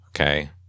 okay